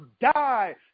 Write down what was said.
die